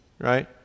right